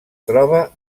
troba